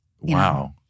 Wow